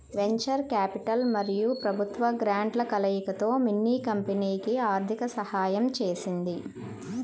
venture capital మరియు ప్రభుత్వ గ్రాంట్ల కలయికతో మిన్నీ కంపెనీకి ఆర్థిక సహాయం చేసింది